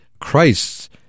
Christ